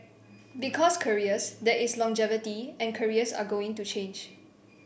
because careers there is longevity and careers are going to change